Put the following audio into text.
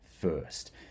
first